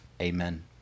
Amen